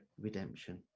redemption